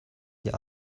die